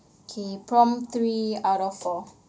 K prompt three out of four